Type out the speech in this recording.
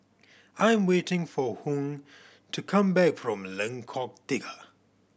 I'm waiting for Hung to come back from Lengkok Tiga